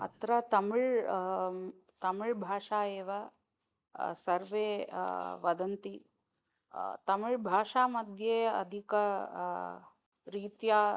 अत्र तमिळ् तमिळ्भाषा एव सर्वे वदन्ति तमिळ्भाषामध्ये अधिकरीत्या